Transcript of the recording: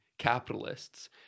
capitalists